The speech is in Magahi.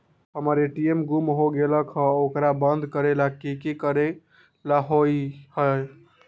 हमर ए.टी.एम गुम हो गेलक ह ओकरा बंद करेला कि कि करेला होई है?